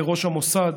לראש המוסד,